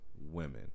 women